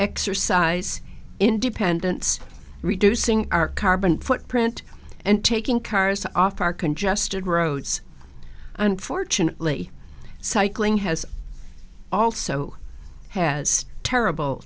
exercise independence reducing our carbon footprint and taking cars off our congested roads unfortunately cycling has also has terrible